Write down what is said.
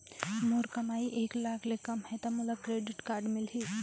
मोर कमाई एक लाख ले कम है ता मोला क्रेडिट कारड मिल ही?